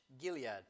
Gilead